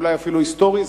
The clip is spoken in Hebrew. אולי אפילו היסטורי,